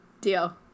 Deal